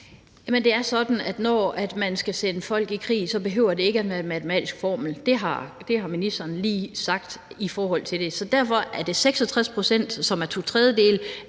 det er sådan, at når man skal sende folk i krig, behøver det ikke at være en matematisk formel. Det har ministeren lige sagt i forhold til det. Så derfor: Er det 66 pct., som er to tredjedele,